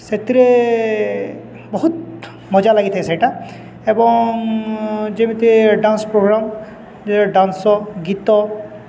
ସେଥିରେ ବହୁତ ମଜା ଲାଗିଥାଏ ସେଇଟା ଏବଂ ଯେମିତି ଡ଼୍ୟାନ୍ସ ପ୍ରୋଗ୍ରାମ୍ ଡ଼୍ୟାନ୍ସ ଗୀତ